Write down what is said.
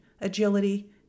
agility